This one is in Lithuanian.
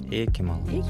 iki malonaus